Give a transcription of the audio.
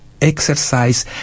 exercise